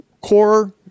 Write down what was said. core